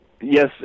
Yes